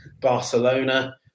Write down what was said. Barcelona